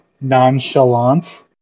nonchalant